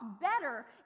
better